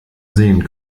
sehen